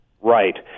Right